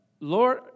Lord